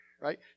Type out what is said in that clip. right